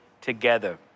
together